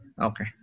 Okay